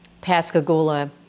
Pascagoula